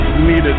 needed